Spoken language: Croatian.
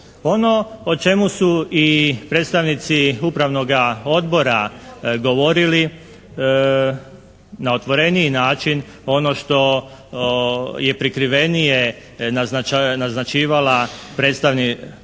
Ono o čemu su i predstavnici Upravnoga odbora govorili na otvoreniji način ono što je prikrivenije naznačivala potpredsjednica